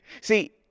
See